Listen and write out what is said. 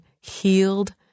healed